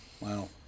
Wow